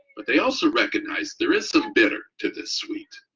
but they also recognize there is some bitter to this sweet.